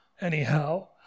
anyhow